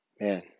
man